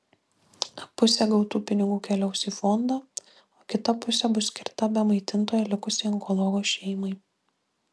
pusė gautų pinigų keliaus į fondą o kita pusė bus skirta be maitintojo likusiai onkologo šeimai